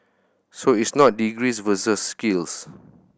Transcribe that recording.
so it is not degrees versus skills